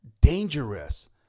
Dangerous